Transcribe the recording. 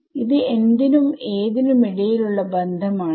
ഇത് എന്തിനും ഏതിനും ഇടയിൽ ഉള്ള ബന്ധം ആണ്